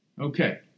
Okay